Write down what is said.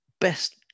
best